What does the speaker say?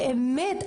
באמת.